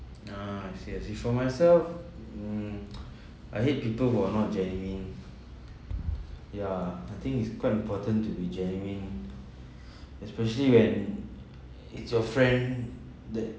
ah I see I see for myself mm I hate people who are not genuine ya I think it's quite important to be genuine especially when it's your friend that